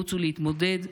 רוצו להתמודד ולהיבחר.